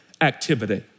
activity